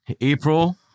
April